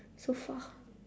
so far